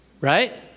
Right